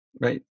Right